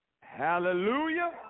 Hallelujah